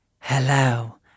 Hello